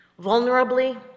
vulnerably